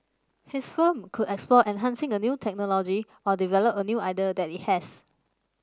his firm could explore enhancing a new technology or develop a new idea that it has